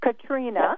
Katrina